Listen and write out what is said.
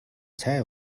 цай